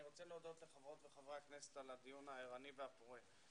אני רוצה להודות לחברות וחברי הכנסת על הדיון הערני והפורה.